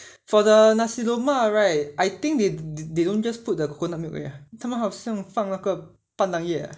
for the nasi lemak right I think it th~ they don't just put the coconut milk right 他们好像放那个斑斓叶